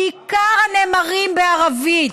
בעיקר הנאמרים בערבית,